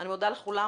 אני מודה לכולם.